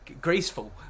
graceful